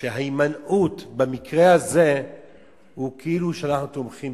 שההימנעות במקרה הזה היא כאילו שאנחנו תומכים,